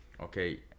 okay